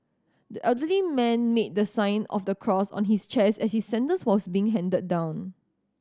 the elderly man made the sign of the cross on his chest as his sentence was being handed down